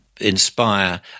inspire